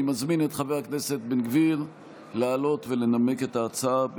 אני מזמין את חבר הכנסת בן גביר לעלות ולנמק את ההצעה.